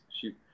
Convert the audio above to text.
shoot